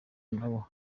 nabo